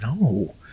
no